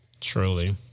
Truly